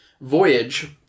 Voyage